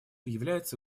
является